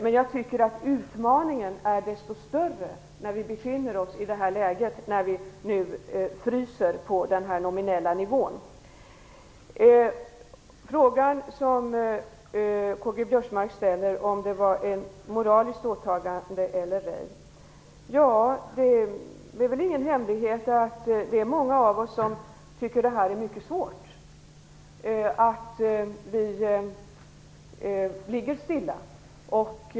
Men jag tycker att utmaningen är desto större när vi befinner oss i läget att frysa biståndet på den nominella nivån. K-G Biörsmark frågade om det var ett moraliskt åtagande eller ej. Det är väl ingen hemlighet att många av oss tycker att det är svårt att det hela ligger stilla.